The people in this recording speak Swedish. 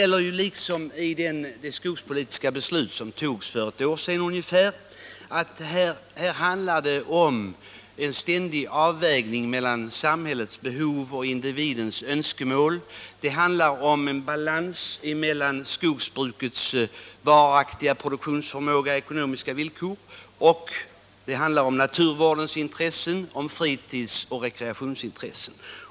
Liksom i fråga om det skogspolitiska beslut som fattades för ungefär ett år sedan handlar det här om en ständig avvägning mellan samhällets behov och individens önskemål. Det handlar om en balans mellan å ena sidan skogsbrukets varaktiga produktionsförmåga och ekonomiska villkor och å andra sidan naturvårdens intressen och fritidsoch rekreationsintresset.